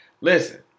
Listen